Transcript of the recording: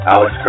Alex